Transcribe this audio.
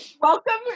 Welcome